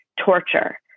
torture